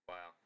Wow